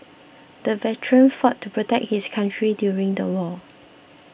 the veteran fought to protect his country during the war